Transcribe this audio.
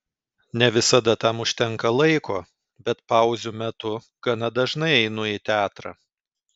ne visada tam užtenka laiko bet pauzių metu gana dažnai einu į teatrą